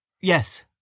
Yes